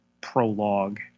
prologue